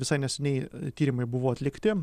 visai neseniai tyrimai buvo atlikti